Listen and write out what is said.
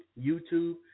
YouTube